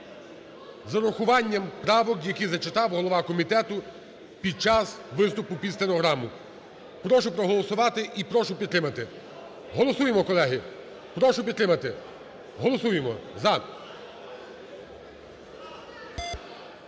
з урахуванням правок, які зачитав голова комітету під час виступу під стенограму. Прошу проголосувати і прошу підтримати. Голосуємо, колеги, прошу підтримати! Голосуємо "за"!